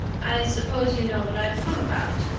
i suppose you know what i've come about,